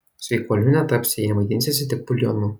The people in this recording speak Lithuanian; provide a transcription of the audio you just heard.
sveikuoliu netapsi jei maitinsiesi tik buljonu